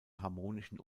harmonischen